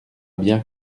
bien